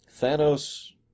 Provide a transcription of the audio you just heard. Thanos